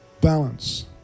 balance